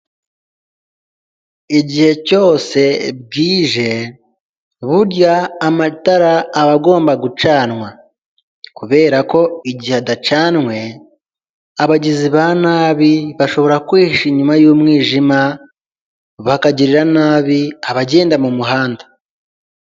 Igihe cyose bwije, burya amatara aba agomba gucanwa kubera ko igihe adacanwe, abagizi ba nabi bashobora kwihisha inyuma y'umwijima, bakagirira nabi abagenda mu muhanda.